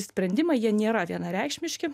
sprendimai jie nėra vienareikšmiški